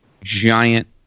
giant